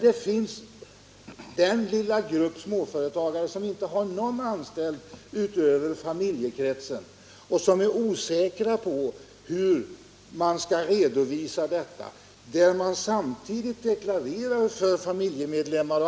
Jag talar här endast om den lilla grupp — Om tidpunkten för småföretagare som inte har någon anställd utanför familjekretsen och — ingivande av som också deklarerar för familjemedlemmarna.